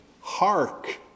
hark